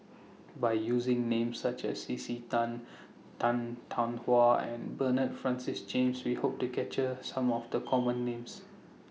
By using Names such as C C Tan Tan Tarn How and Bernard Francis James We Hope to capture Some of The Common Names